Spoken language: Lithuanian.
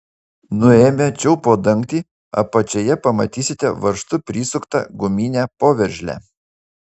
nuėmę čiaupo dangtį apačioje pamatysite varžtu prisuktą guminę poveržlę